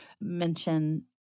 mention